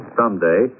someday